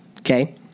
Okay